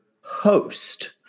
host